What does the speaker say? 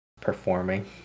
performing